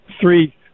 three